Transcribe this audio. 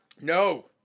No